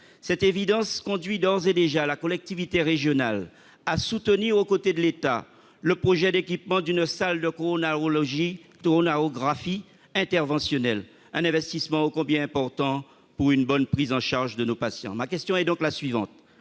Cette évidence conduit d'ores et déjà la collectivité régionale à soutenir, au côté de l'État, le projet d'équipement d'une salle de coronarographie interventionnelle, investissement ô combien important pour la bonne prise en charge de nos patients. Pourriez-vous, madame la ministre,